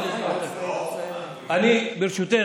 ברשותך,